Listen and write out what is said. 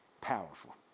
powerful